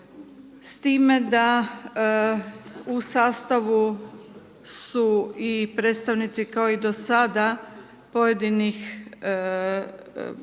s time da u sastavu su i predstavnici kao i do sada, pojedinih